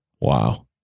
Wow